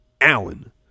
Allen